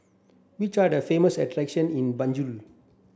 which are the famous attractions in Banjul